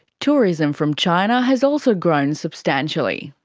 tourism from china has also grown substantially.